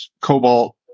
cobalt